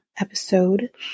episode